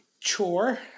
chore